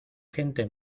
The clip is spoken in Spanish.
gente